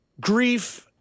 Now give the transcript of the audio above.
grief